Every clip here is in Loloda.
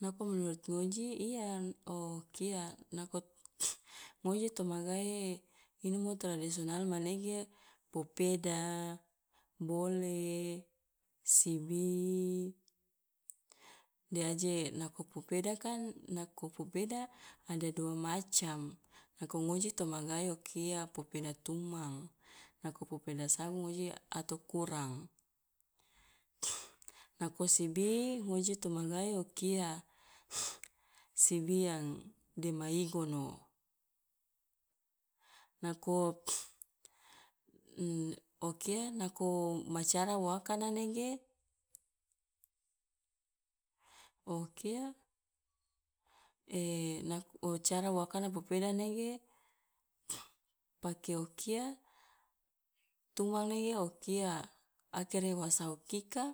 Nako menurut ngoji, iya o kia nako ngoji to magae inomo tradisional manege popeda, bole, sibi de aje nako popeda kan nako popeda ada dua macam, nako ngoji to magae o kia popeda tumang, nako popeda sagu ngoji a to kurang nako sibi ngoji to magae o kia sibi yang dema igono, nako o kia nako ma cara wo akana nege o kia nak o cara wo akana popeda nege pake o kia tumang nege o kia akere wa sahu kika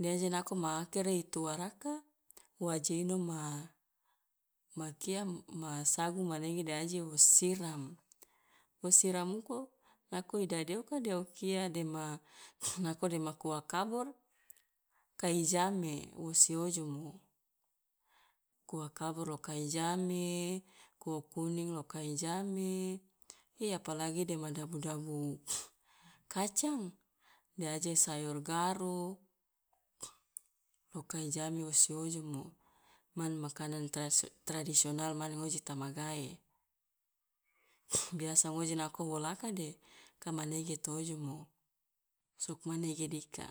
de aje nako ma akere i tuaraka waje ino ma ma kia ma sagu manege de aje wo siram, wo siram uko nako i dadi oka de o kia dema nako dema kua kabur kai jame wosi ojomo, kua kabur loka i jame, kua kuning lako i jame, e apalagi dema dabu dabu kacang, de aje sayor garu, loka i jame wo si ojomo, man- makanan tras tradisional mane ngoji ta magae biasa ngoji nako wolaka de kamanege to ojomo, sugmanege dika.